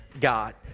God